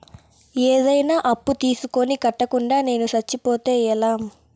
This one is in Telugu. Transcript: ఏదైనా అప్పు తీసుకొని కట్టకుండా నేను సచ్చిపోతే ఎలా